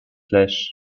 flesh